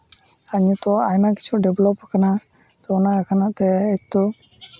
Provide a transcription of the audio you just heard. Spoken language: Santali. ᱟᱨ ᱱᱤᱛᱚᱜ ᱟᱭᱢᱟ ᱠᱤᱪᱷᱩ ᱰᱮᱵᱷᱞᱚᱯ ᱠᱟᱱᱟ ᱛᱚ ᱚᱱᱟ ᱞᱮᱠᱟᱱᱟᱜ ᱛᱮ ᱮᱠᱛᱚ